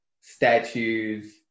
statues